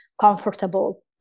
comfortable